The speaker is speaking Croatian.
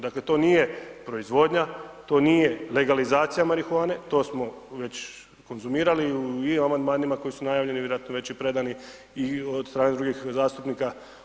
Dakle, to nije proizvodnja, to nije legalizacija marihuane, to smo već konzumirali i u amandmanima, koji su najavljeni, vjerojatno već i predani od strane drugih zastupnika.